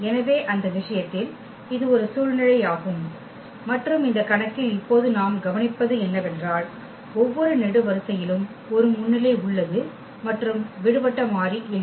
எனவே அந்த விஷயத்தில் இது ஒரு சூழ்நிலை ஆகும் மற்றும் இந்த கணக்கில் இப்போது நாம் கவனிப்பது என்னவென்றால் ஒவ்வொரு நெடு வரிசையிலும் ஒரு முன்னிலை உள்ளது மற்றும் விடுபட்ட மாறி இல்லை